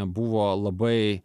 buvo labai